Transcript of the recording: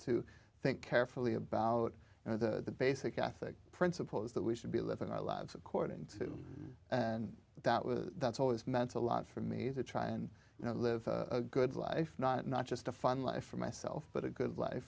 to think carefully about how the basic catholic principles that we should be living our lives according to and that was that's always meant a lot for me to try and live a good life not not just a fun life for myself but a good life